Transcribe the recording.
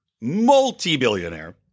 multi-billionaire